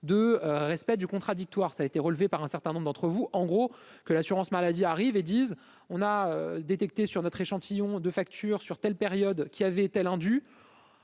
de respect du contradictoire, ça a été relevée par un certain nombre d'entre vous en gros que l'assurance maladie arrive et dise on a détecté sur notre échantillon de facture sur telle période qui avait tel on